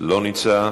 לא נמצא,